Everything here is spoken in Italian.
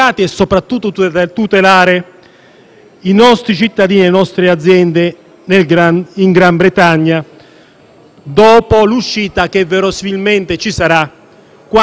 i nostri cittadini e le nostre aziende in Gran Bretagna dopo l'uscita che verosimilmente ci sarà (quando ci sarà, lo vedremo).